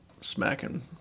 smacking